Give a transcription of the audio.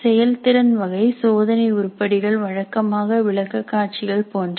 செயல்திறன் வகை சோதனை உருப்படிகள் வழக்கமாக விளக்கக் காட்சிகள் போன்றவை